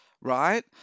right